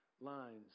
lines